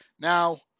now